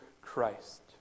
Christ